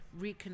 reconnect